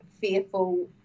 fearful